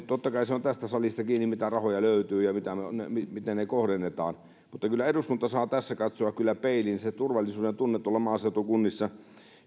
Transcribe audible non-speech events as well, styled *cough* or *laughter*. *unintelligible* totta kai se on tästä salista kiinni mitä rahoja löytyy ja miten ne kohdennetaan mutta kyllä eduskunta saa tässä katsoa peiliin se turvallisuudentunne tuolla maaseutukunnissa on ollut heikkoa